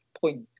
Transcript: point